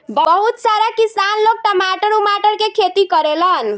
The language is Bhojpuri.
बहुत सारा किसान लोग टमाटर उमाटर के खेती करेलन